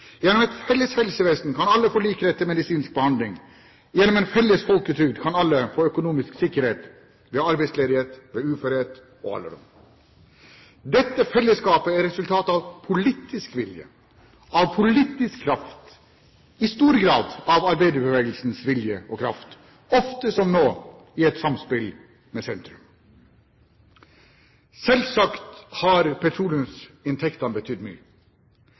Gjennom et felles helsevesen kan alle få lik rett til medisinsk behandling. Gjennom en felles folketrygd kan alle få økonomisk sikkerhet ved arbeidsledighet, ved uførhet og alderdom. Dette fellesskapet er resultatet av politisk vilje, av politisk kraft – i stor grad av arbeiderbevegelsens vilje og kraft, ofte, som nå, i et samspill med sentrum. Selvsagt har petroleumsinntektene betydd mye,